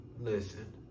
listen